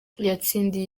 yatsindiye